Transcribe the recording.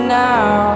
now